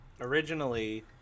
originally